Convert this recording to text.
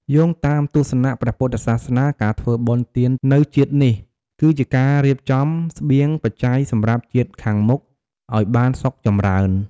យោងតាមទស្សនៈព្រះពុទ្ធសាសនា ការធ្វើបុណ្យទាននៅជាតិនេះ គឺជាការរៀបចំស្បៀងបច្ច័យសម្រាប់ជាតិខាងមុខឲ្យបានសុខចម្រើន។